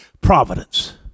providence